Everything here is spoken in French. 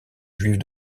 juives